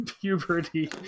puberty